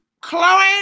Chloe